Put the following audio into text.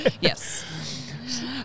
Yes